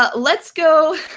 ah let's go